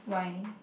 why